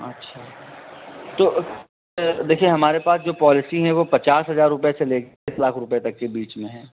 अच्छा तो देखिए हमारे पास जो पॉलिसी हैं वो पचास हजार रूपये से लेके बीस लाख रूपये तक के बीच में है